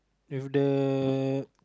with the